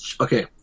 okay